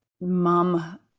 mom